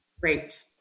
Great